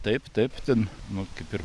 taip taip ten nu kaip ir